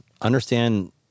understand